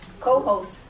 co-host